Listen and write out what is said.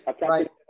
Right